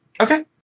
Okay